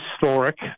historic